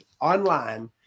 online